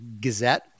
gazette